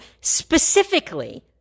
specifically